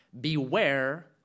beware